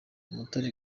umutare